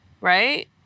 right